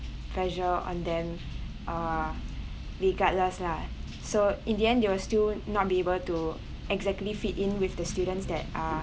pressure on them uh regardless lah so in the end they will still not be able to exactly fit in with the students that are